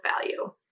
value